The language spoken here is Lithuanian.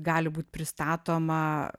gali būt pristatoma